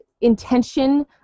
intention